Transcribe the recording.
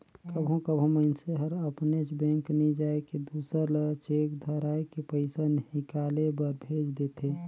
कभों कभों मइनसे हर अपनेच बेंक नी जाए के दूसर ल चेक धराए के पइसा हिंकाले बर भेज देथे